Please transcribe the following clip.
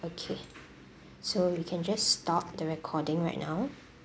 okay so we can just stop the recording right now